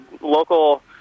local